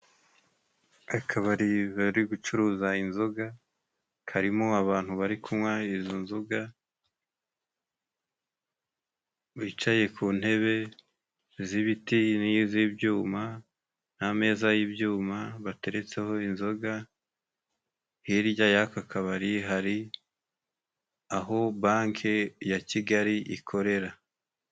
Akabari bari gucuruza inzoga, karimo abantu bari kunywa izo nzoga bicaye ku ntebe z'ibiti n'iz'ibyuma n' ameza y'ibyuma bateretseho inzoga. Hirya y'aka kabari hari aho banke ya Kigali ikorera.